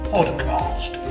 Podcast